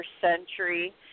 century